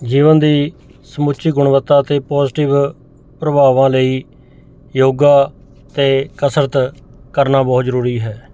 ਜੀਵਨ ਦੀ ਸਮੁੱਚੀ ਗੁਣਵੱਤਾ ਅਤੇ ਪੋਜ਼ੀਟਿਵ ਪ੍ਰਭਾਵਾਂ ਲਈ ਯੋਗਾ ਅਤੇ ਕਸਰਤ ਕਰਨਾ ਬਹੁਤ ਜ਼ਰੂਰੀ ਹੈ